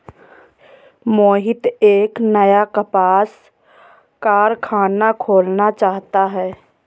मोहित एक नया कपास कारख़ाना खोलना चाहता है